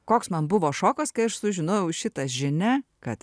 koks man buvo šokas kai aš sužinojau šitą žinią kad